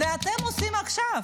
את זה אתם עושים עכשיו.